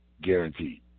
Guaranteed